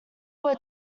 were